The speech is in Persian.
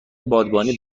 بادبانی